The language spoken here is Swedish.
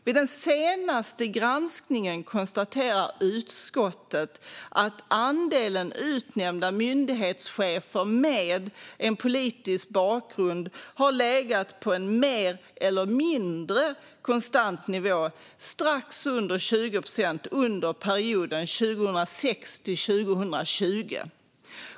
Vid den senaste granskningen konstaterar utskottet att andelen utnämnda myndighetschefer med en politisk bakgrund har legat på en mer eller mindre konstant nivå strax under 20 procent under perioden 2006-2020.